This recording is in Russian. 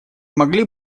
могли